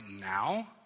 now